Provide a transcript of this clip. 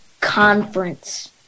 Conference